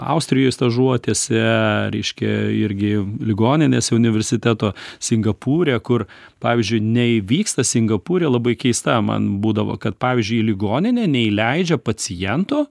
austrijoj stažuotėse reiškia irgi ligoninėse universiteto singapūre kur pavyzdžiui neįvyksta singapūre labai keista man būdavo kad pavyzdžiui į ligoninę neįleidžia paciento